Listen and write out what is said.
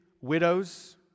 widows